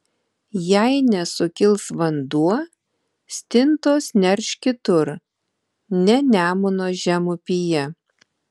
jei nesukils vanduo stintos nerš kitur ne nemuno žemupyje